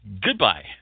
goodbye